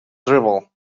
drivel